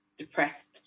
depressed